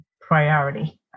priority